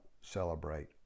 celebrate